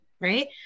right